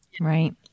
right